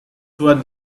toward